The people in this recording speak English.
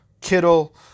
Kittle